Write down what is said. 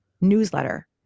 newsletter